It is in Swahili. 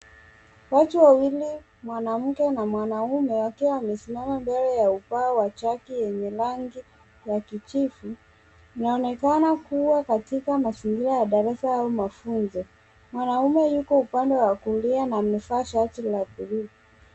Watu wawili, mwanamke na mwanaume wakiwa wamesimama mbele ya ubao wa chaki yenye rangi ya kijivu. Inaonekana kuwa katika mazingira ya darasa au mafunzo. Mwanaume yupo upande wa kulia na amevaa shati la bluu.